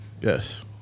Yes